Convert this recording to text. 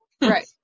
Right